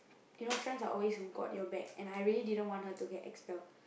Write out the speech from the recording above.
you know friends are always who got your back and I really didn't want her to get expelled